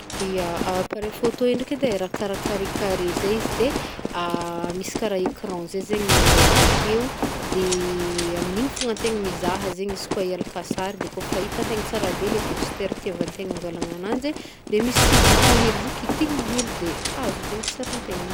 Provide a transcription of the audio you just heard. Ya, appareil photo i ndraiky edy e, raha karaha carré carré zegny izy de misy kara ecran zay zegny alôha akeo de amin'igny fogna antegna mizaha zegny izy koa ihalaka sary de kaofa hitantegna tsara be le pôzy tegna hitiavantegna angalagna agnanjy, de misy bouton hely zay kitihigny hely zegny de azo zegny sarintegn'igny.